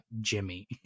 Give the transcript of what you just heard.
Jimmy